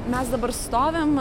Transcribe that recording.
mes dabar stovim